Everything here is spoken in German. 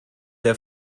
der